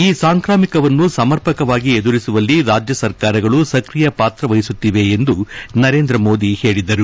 ಈ ಸಾಂಕ್ರಾಮಿಕವನ್ನು ಸಮರ್ಪಕವಾಗಿ ಎದುರಿಸುವಲ್ಲಿ ರಾಜ್ಯ ಸರ್ಕಾರಗಳು ಸ್ಕ್ರಿಯ ಪಾತ್ರ ವಹಿಸುತ್ತಿವೆ ಎಂದು ನರೇಂದ್ರ ಮೋದಿ ಹೇಳಿದರು